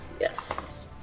Yes